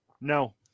no